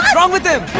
wrong with